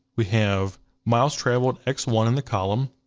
we have miles traveled, x one, in the column.